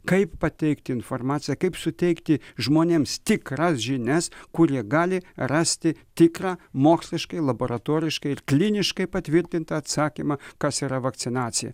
kaip pateikti informaciją kaip suteikti žmonėms tikras žinias kur jie gali rasti tikrą moksliškai laboratoriškai ir kliniškai patvirtintą atsakymą kas yra vakcinacija